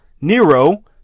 Nero